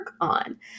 on